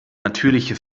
natürliche